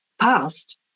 past